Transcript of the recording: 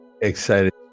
excited